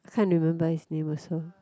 can't remember his name also